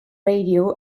radio